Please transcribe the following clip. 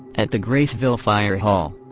at the graysville fire hall.